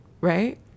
right